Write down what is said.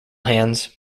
hands